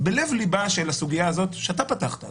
בלב ליבה של הסוגיה הזאת שאתה פתחת בה,